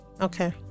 Okay